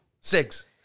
Six